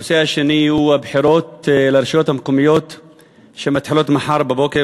הנושא השני הוא הבחירות לרשויות המקומיות שמתחילות מחר בבוקר,